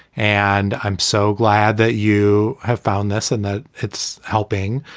and i'm so glad that you have found this and that it's helping.